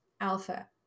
alpha